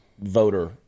voter